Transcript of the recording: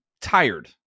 tired